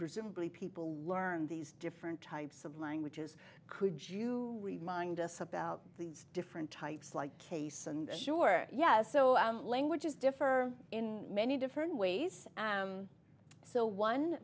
presumably people learn these different types of languages could you remind us about these different types like case and sure yes so languages differ in many different ways so one